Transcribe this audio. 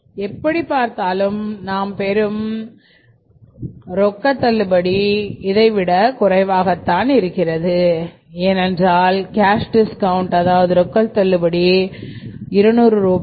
எப்படி பார்த்தாலும் நாம் பெறும் கேஷ் டி ரொக்க தள்ளுபடி விட இது குறைவாகத்தான் இருக்கிறது ஏனென்றால் கேஷ் டிஸ்கவுண்ட் அதாவது ரொக்க தள்ளுபடி 9800 ரூபாய்